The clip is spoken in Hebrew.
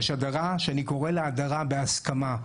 יש הדרה שאני קורא לה הדרה בהסכמה.